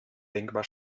denkbar